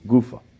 Gufa